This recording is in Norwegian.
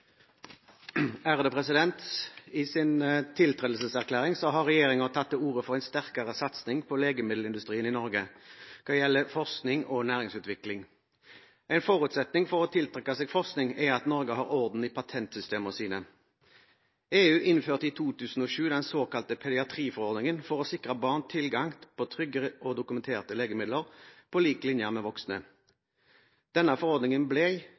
I sin tiltredelseserklæring har regjeringen tatt til orde for en sterkere satsing på legemiddelindustrien i Norge hva gjelder forskning og næringsutvikling. En forutsetning for å tiltrekke seg forskning er at Norge har orden i patentsystemene sine. EU innførte i 2007 den såkalte pediatriforordningen for å sikre barn tilgang til trygge og dokumenterte legemidler på lik linje med voksne. Denne